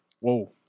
whoa